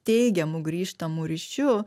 teigiamu grįžtamu ryšiu